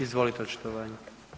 Izvolite očitovanje.